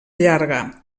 llarga